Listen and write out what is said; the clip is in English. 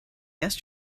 asked